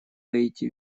гаити